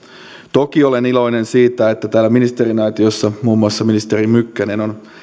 toki olen iloinen siitä että ministeriaitiossa muun muassa ministeri mykkänen on